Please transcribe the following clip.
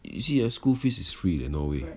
you see uh school fees is free eh norway